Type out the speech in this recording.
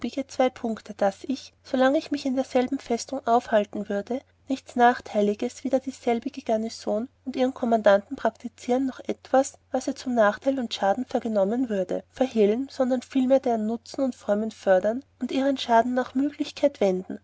zwei punkten daß ich solang ich mich in derselben festung aufhalten würde nichts nachteiliges wider dieselbige garnison und ihren kommandanten praktizieren noch etwas das ihr zu nachteil und schaden vorgenommen würde verhehlen sondern vielmehr deren nutzen und frommen fördern und ihren schaden nach müglichkeit wenden